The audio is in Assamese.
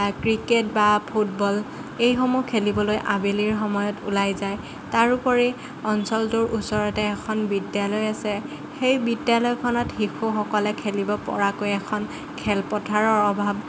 ক্ৰিকেট বা ফুটবল এইসমূহ খেলিবলৈ আবেলিৰ সময়ত ওলাই যায় তাৰ উপৰি অঞ্চলটোৰ ওচৰতে এখন বিদ্যালয় আছে সেই বিদ্যালয়খনত শিশুসকলে খেলিব পৰাকৈ এখন খেলপথাৰৰ অভাৱ